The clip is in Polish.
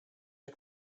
jak